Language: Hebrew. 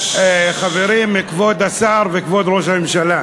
חברים, כבוד השר וכבוד ראש הממשלה,